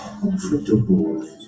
comfortable